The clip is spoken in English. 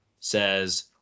says